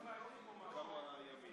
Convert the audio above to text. בהסדר קבע הקהילה הבין-לאומית